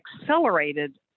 accelerated